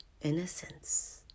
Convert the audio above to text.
innocence